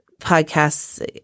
podcasts